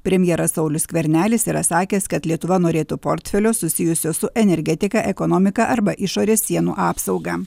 premjeras saulius skvernelis yra sakęs kad lietuva norėtų portfelio susijusio su energetika ekonomika arba išorės sienų apsauga